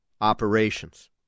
operations